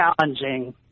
challenging